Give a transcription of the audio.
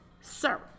Sir